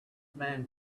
man